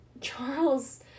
Charles